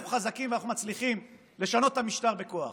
אנחנו חזקים ואנחנו מצליחים לשנות את המשטר בכוח.